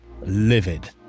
livid